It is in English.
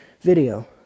video